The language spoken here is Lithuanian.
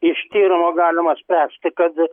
iš tyrimo galima spręsti kad